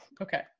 okay